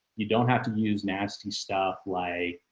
you don't have to use nasty stuff like